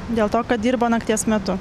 dėl to kad dirbo nakties metu